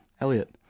Elliot